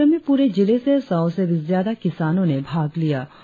कार्यक्रम में पूरे जिले से सौ से भी ज्यादा किसानों ने भाग लिया